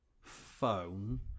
phone